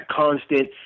constant